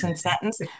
sentence